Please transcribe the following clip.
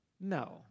no